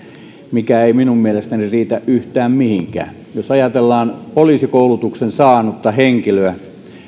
mikä ei minun mielestäni riitä yhtään mihinkään jos ajatellaan poliisikoulutuksen saanutta henkilöä